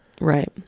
Right